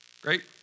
Great